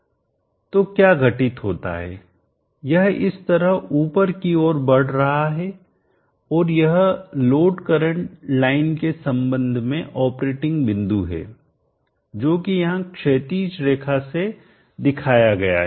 तो क्या घटित होता है यह इस तरह ऊपर और की ओर बढ़ रहा है और यह लोड करंट लाइन के संबंध में ऑपरेटिंग बिंदु है जो कि यहां क्षैतिज रेखा से दिखाया गया है